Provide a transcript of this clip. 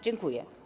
Dziękuję